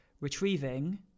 retrieving